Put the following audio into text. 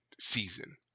season